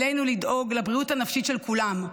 עלינו לדאוג לבריאות הנפשית של כולם,